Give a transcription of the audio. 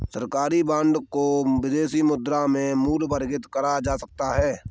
सरकारी बॉन्ड को विदेशी मुद्रा में मूल्यवर्गित करा जा सकता है